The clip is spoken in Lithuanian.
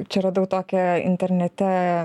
čia radau tokią internete